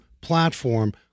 platform